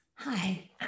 Hi